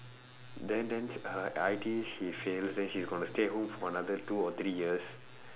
then then her I_T_E she fails then she's going to stay home for another two or three years